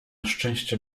szczęście